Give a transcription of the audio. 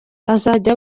azajya